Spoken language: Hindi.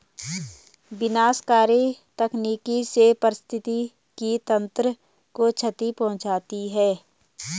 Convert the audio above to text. विनाशकारी तकनीक से पारिस्थितिकी तंत्र को क्षति पहुँचती है